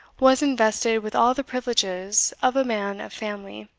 was invested with all the privileges of a man of family.